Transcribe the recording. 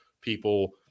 people –